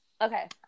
Okay